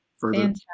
Fantastic